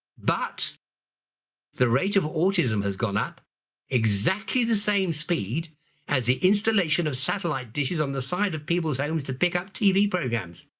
but the rate of autism has gone up exactly the same speed as the installation of satellite dishes on the side of people's homes to pick up tv programs.